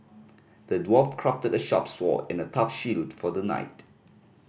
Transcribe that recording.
the dwarf crafted a sharp sword and a tough shield for the knight